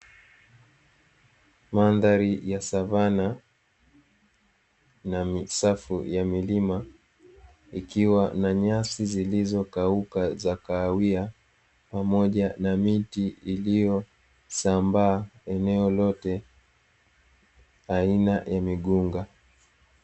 Madhari ya savana na misafu ya milima, ikiwa na nyasi zilizokauka za kahawia, pamoja na miti iliyosambaa eneo lote aina ya migunga.